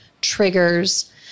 triggers